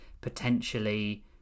potentially